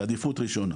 בעדיפות ראשונה